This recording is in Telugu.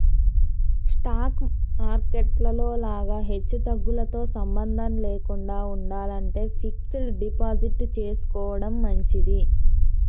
స్టాక్ మార్కెట్ లో లాగా హెచ్చుతగ్గులతో సంబంధం లేకుండా ఉండాలంటే ఫిక్స్డ్ డిపాజిట్ చేసుకోడం మంచిది